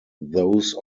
those